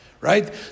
Right